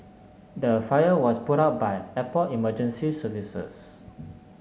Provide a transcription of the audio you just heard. the fire was put out by airport emergency services